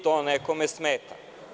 To nekome smeta.